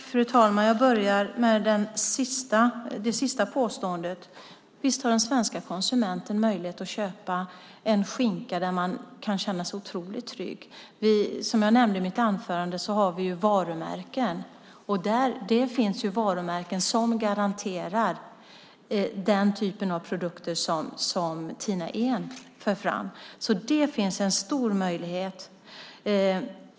Fru talman! Jag börjar med det sista påståendet. Visst har den svenska konsumenten möjlighet att köpa en skinka man kan känna sig otroligt trygg med. Som jag nämnde i mitt anförande har vi varumärken. Det finns varumärken som garanterar den typ av produkter som Tina Ehn för fram. Det finns en stor möjlighet.